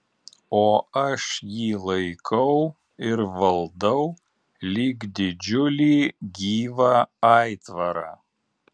o aš jį laikau ir valdau lyg didžiulį gyvą aitvarą